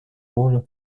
волю